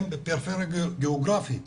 הם בפריפריה גיאוגרפית.